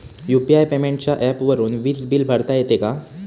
UPI पेमेंटच्या ऍपवरुन वीज बिल भरता येते का?